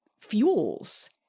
fuels